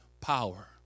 power